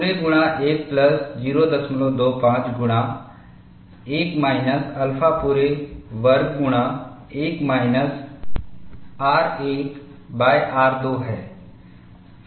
पूरे गुणा 1 प्लस 025 गुणा 1 माइनस अल्फा पूरे वर्ग गुणा 1 माइनस r1r2 है